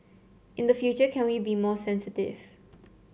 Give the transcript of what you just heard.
in the future can we be more sensitive